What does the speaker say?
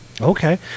Okay